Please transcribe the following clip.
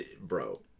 bro